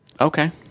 Okay